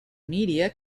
media